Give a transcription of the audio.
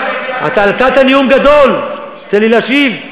סליחה, אתה נתת נאום גדול, תן לי להשיב.